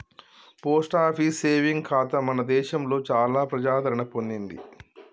post office saving ఖాతా మన దేశంలో చాలా ప్రజాదరణ పొందింది